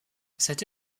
cette